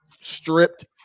stripped